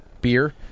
beer